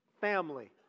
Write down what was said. family